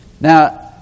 Now